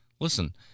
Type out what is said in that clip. listen